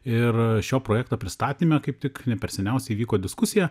ir šio projekto pristatyme kaip tik ne per seniausiai vyko diskusija